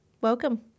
welcome